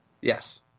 Yes